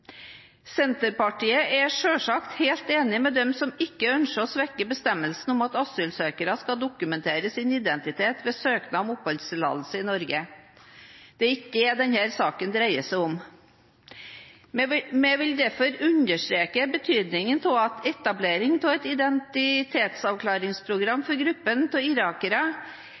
Senterpartiet er selvsagt helt enig med dem som ikke ønsker å svekke bestemmelsene om at asylsøkere skal dokumentere sin identitet ved søknad om oppholdstillatelse i Norge. Det er ikke det denne saken dreier seg om. Vi vil derfor understreke betydningen av at etablering av et identitetsavklaringsprogram for gruppen av irakere